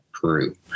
Peru